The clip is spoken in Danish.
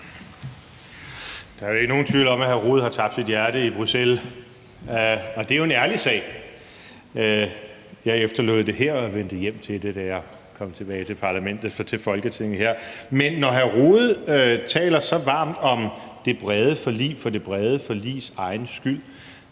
Der er jo ikke nogen tvivl om, at hr. Jens Rohde har tabt sit hjerte i Bruxelles, og det er jo en ærlig sag. Jeg efterlod det her og vendte hjem til det, da jeg kom tilbage fra Parlamentet til Folketinget her, men når hr. Jens Rohde taler så varmt om det brede forlig for det brede forligs egen skyld,